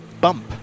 bump